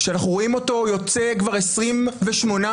שאנחנו רואים אותו יוצא כבר 28 שבועות,